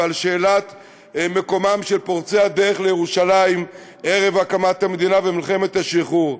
ועל שאלת מקומם של פורצי הדרך לירושלים ערב הקמת המדינה ומלחמת השחרור.